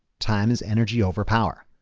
time is energy overpower.